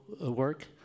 work